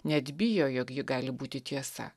net bijo jog ji gali būti tiesa